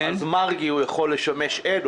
אז מרגי יכול לשמש עד.